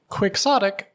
Quixotic